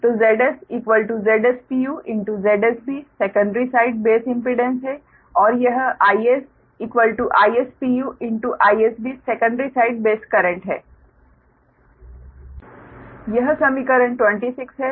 तो Zs Zs ZsB secondary side base impedance है और यह Is Is IsB secondary side base current है यह समीकरण 26 है